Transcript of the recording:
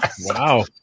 Wow